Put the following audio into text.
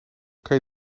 kan